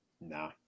nah